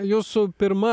jūsų pirma